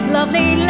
Lovely